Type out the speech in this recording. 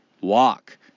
Walk